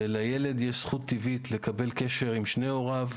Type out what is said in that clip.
ולילד יש זכות טבעית להיות בקשר עם שני הורים,